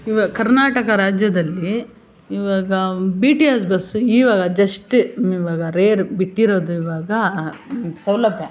ಈವಾಗ ಕರ್ನಾಟಕ ರಾಜ್ಯದಲ್ಲಿ ಈವಾಗ ಬಿ ಟಿ ಎಸ್ ಬಸ್ ಈವಾಗ ಜಶ್ಟ್ ಈವಾಗ ರೇರ್ ಬಿಟ್ಟಿರೋದು ಈವಾಗ ಸೌಲಭ್ಯ